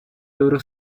loro